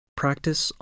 practice